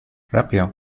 rápido